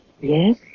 Yes